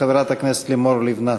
חברת הכנסת לימור לבנת.